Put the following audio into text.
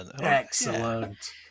Excellent